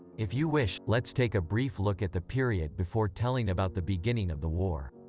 if you wish, let's take a brief look at the period before telling about the beginning of the war.